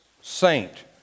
saint